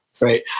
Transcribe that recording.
Right